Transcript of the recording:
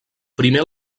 primer